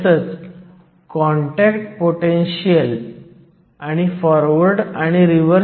2 volt आहे आणि दुसरा फरक असा आहे की सामग्री जर्मेनियम आहे ज्यामुळे बँड अंतर लहान आहे